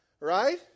Right